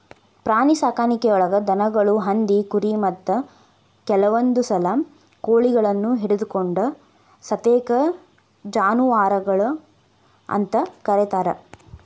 ಪ್ರಾಣಿಸಾಕಾಣಿಕೆಯೊಳಗ ದನಗಳು, ಹಂದಿ, ಕುರಿ, ಮತ್ತ ಕೆಲವಂದುಸಲ ಕೋಳಿಗಳನ್ನು ಹಿಡಕೊಂಡ ಸತೇಕ ಜಾನುವಾರಗಳು ಅಂತ ಕರೇತಾರ